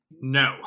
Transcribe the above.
No